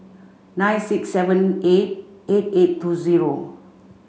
nine six seven eight eight eight two zero